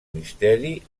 misteri